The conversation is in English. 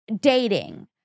dating